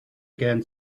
again